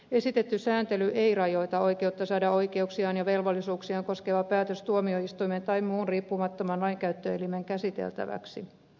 esitetty sääntely ei rajoita oikeutta saada oikeuksiaan ja velvollisuuksiaan koskeva päätös tuomioistuimen tai muun riippumattoman lainkäyttöelimen käsiteltäväksi